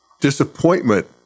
disappointment